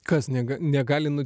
kas nega negali nu